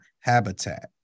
habitat